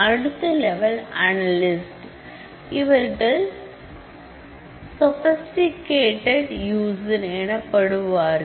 அடுத்த level analyst இவர்கள் sophisticated user எனப்படுவார்கள்